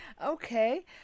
Okay